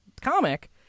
comic